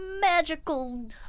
magical